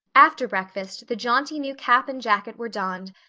after breakfast the jaunty new cap and jacket were donned,